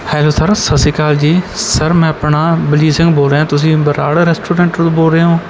hello sir ਸਤਿ ਸ਼੍ਰੀ ਅਕਾਲ ਜੀ ਸਰ ਮੈਂ ਆਪਣਾ ਬਲਜੀਤ ਸਿੰਘ ਬੋਲ ਰਿਹਾ ਤੁਸੀਂ ਬਰਾੜ ਰੈਸਟੋਰੈਂਟਲ ਤੋਂ ਬੋਲ ਰਹੇ ਹੋ